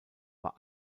war